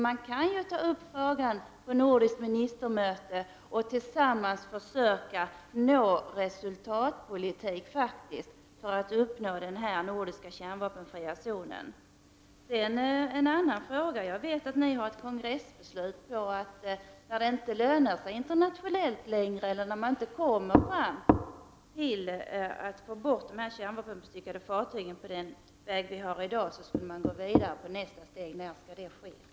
Man kan ju ta upp frågan på ett nordiskt ministermöte och tillsammans försöka föra en resultatpolitik för att åstadkomma en kärnvapenfri zon i Norden. Jag vet att socialdemokraterna har fattat ett kongressbeslut om att man, när det inte längre lönar sig att arbeta internationellt, eller när man inte kommer längre på den väg vi i dag följer då det gäller att få bort kärnvapenbestyckade fartyg, skall gå vidare och ta nästa steg. När skall detta ske?